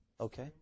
Okay